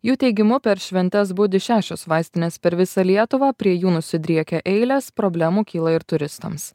jų teigimu per šventes budi šešios vaistinės per visą lietuvą prie jų nusidriekia eilės problemų kyla ir turistams